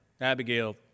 Abigail